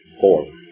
four